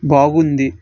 బాగుంది